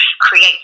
create